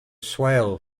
swale